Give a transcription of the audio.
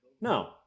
No